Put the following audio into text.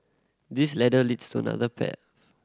this ladder leads to another path